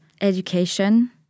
education